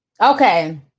okay